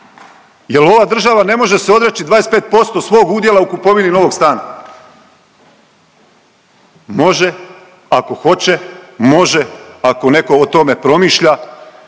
Jel ova država ne može se odreći 25% svog udjela u kupovini novog stana? Može ako hoće, može ako neko o tome promišlja.